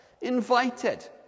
invited